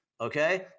Okay